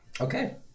Okay